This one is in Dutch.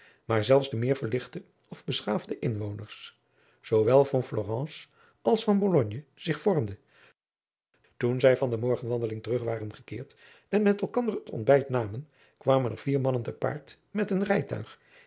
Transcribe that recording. maar zelfs de meer verlichte of beschaafde inwoners zoowel van florence als van bologne zich vormden toen zij van de morgenwandeling terug waren gekeerd en met elkander het ontbijt namen kwamen er vier mannen te paard met een rijtuig